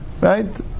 right